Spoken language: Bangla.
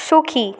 সুখী